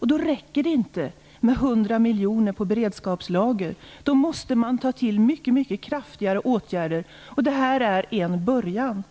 Då räcker det inte med en besparing om 100 miljoner på beredskapslagren. Man måste ta till mycket kraftigare åtgärder, och det här är en början.